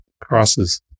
crosses